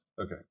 Okay